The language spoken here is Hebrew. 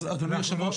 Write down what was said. אדוני היושב-ראש,